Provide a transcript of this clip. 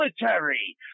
military